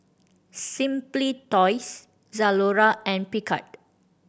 Simply Toys Zalora and Picard